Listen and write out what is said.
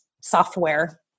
software